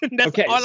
Okay